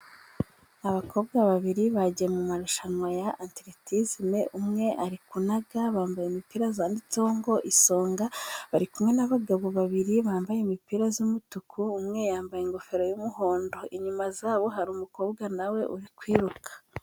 Abakobwa babiri bagiye mu marushanwa ya anteretizime, umwe ari kunanaga, bambaye imipira zanditseho ngo isonga, bari kumwe n'abagabo babiri bambaye imipira z'umutuku, umwe yambaye ingofero y'umuhondo, inyuma z'abo hari umukobwa na we uri kwiruka.